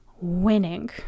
winning